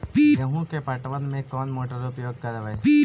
गेंहू के पटवन में कौन मोटर उपयोग करवय?